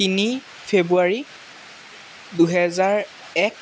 তিনি ফেব্ৰুৱাৰী দুহেজাৰ এক